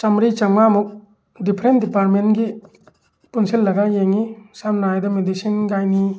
ꯆꯝꯃ꯭ꯔꯤ ꯆꯝꯃꯉꯥꯃꯨꯛ ꯗꯤꯐ꯭ꯔꯦꯟ ꯗꯤꯄꯥꯔꯠꯃꯦꯟꯒꯤ ꯄꯨꯟꯁꯜꯂꯒ ꯌꯦꯡꯉꯤ ꯁꯝꯅ ꯍꯥꯏꯔꯕꯗ ꯃꯦꯗꯤꯁꯤꯟ ꯒꯥꯏꯅꯤ